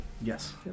Yes